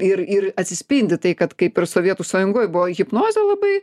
ir ir atsispindi tai kad kaip ir sovietų sąjungoj buvo hipnozė labai